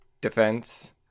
defense